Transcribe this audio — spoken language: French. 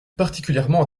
particulièrement